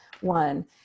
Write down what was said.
one